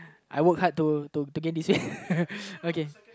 I work hard to to get this weight okay